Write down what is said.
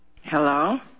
Hello